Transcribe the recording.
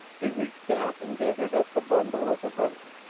he reached out and gathered up the bundle of the burners,